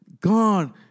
God